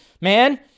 man